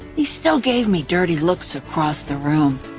he still gave me dirty looks across the room.